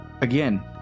again